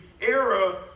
era